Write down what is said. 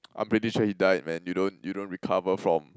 I'm pretty sure he died man you don't you don't recover from